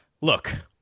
look